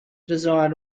design